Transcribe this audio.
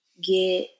get